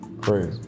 Crazy